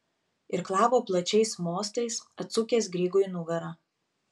irklavo plačiais mostais atsukęs grygui nugarą